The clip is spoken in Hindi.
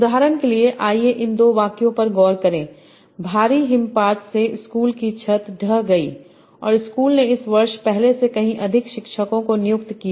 उदाहरण के लिए आइए इन दो वाक्यों पर गौर करें भारी हिमपात से स्कूल की छत ढह गई और स्कूल ने इस वर्ष पहले से कहीं अधिक शिक्षकों को नियुक्त किया